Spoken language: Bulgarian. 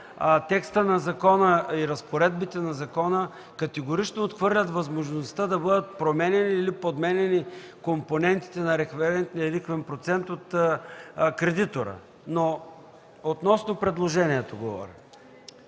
и потвърждавам, че разпоредбите на закона категорично отхвърлят възможността да бъдат променяни или подменяни компонентите на референтния лихвен процент от кредитора. Относно предложението говоря.